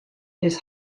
his